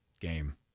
game